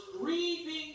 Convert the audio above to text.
grieving